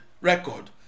record